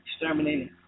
exterminating